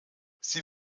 sie